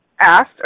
asked